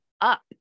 up